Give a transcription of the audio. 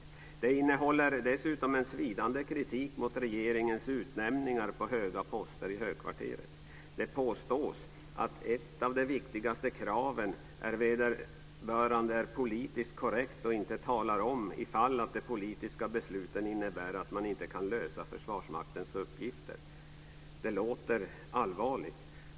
Artikeln innehåller dessutom en svidande kritik mot regeringens utnämningar på höga poster i högkvarteret. Det påstås att ett av de viktigaste kraven är att vederbörande är politiskt korrekt och inte talar om ifall de politiska besluten innebär att man inte kan lösa Försvarsmaktens uppgifter. Det låter allvarligt.